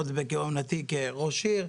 עוד בכהונתי כראש עיר,